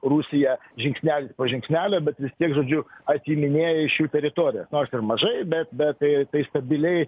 rusija žingsnelis po žingsnelio bet vis tiek žodžiu atiminėja iš jų teritorijas nors ir mažai bet bet tai tai stabiliai